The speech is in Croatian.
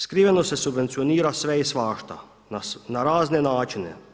Skriveno se subvencionira sve i svašta na razne načine.